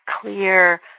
clear